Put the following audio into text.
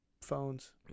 phones